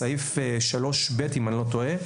בסעיף 3(ב) אם אני לא טועה,